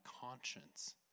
conscience